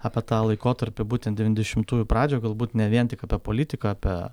apie tą laikotarpį būtent devyndešimtųjų pradžioj galbūt ne vien tik apie politiką ape